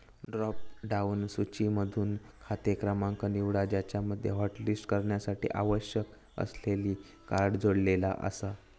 drop down सूचीमधसून खाते क्रमांक निवडा ज्यामध्ये हॉटलिस्ट करण्यासाठी आवश्यक असलेले कार्ड जोडलेला आसा